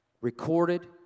Recorded